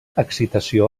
excitació